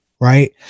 right